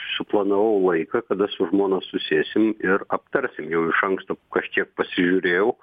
suplanavau laiką kada su žmona susėsim ir aptarsim jau iš anksto kažkiek pasižiūrėjau